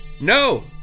No